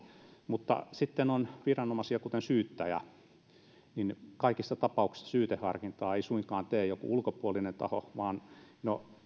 mutta sitten on viranomaisia kuten syyttäjä eli kaikissa tapauksissa syyteharkintaa ei suinkaan tee joku ulkopuolinen taho vaan no